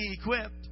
equipped